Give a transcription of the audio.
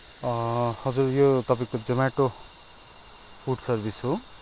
अँ हजुर यो तपाईँको जोमेटो फुड सर्भिस हो